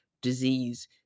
disease